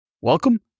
Welcome